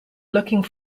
looking